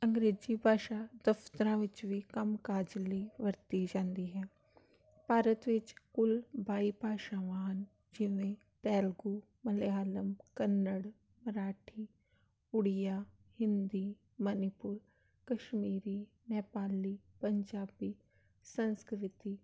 ਅੰਗਰੇਜ਼ੀ ਭਾਸ਼ਾ ਦਫਤਰ ਵਿੱਚ ਵੀ ਕੰਮ ਕਾਜ ਲਈ ਵਰਤੀ ਜਾਂਦੀ ਹੈ ਭਾਰਤ ਵਿੱਚ ਕੁੱਲ ਬਾਈ ਭਾਸ਼ਾਵਾਂ ਹਨ ਜਿਵੇਂ ਤੈਲਗੂ ਮਲਿਆਲਮ ਕੰਨੜ ਮਰਾਠੀ ਉੜੀਆ ਹਿੰਦੀ ਮਨੀਪੁਰ ਕਸ਼ਮੀਰੀ ਨੇਪਾਲੀ ਪੰਜਾਬੀ ਸੰਸਕ੍ਰਿਤੀ